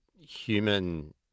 human